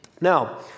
Now